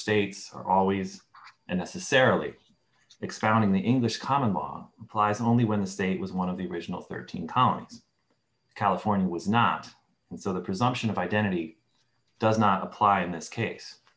lee expounding the english common law applies only when the state was one of the original thirteen counts california was not so the presumption of identity does not apply in this case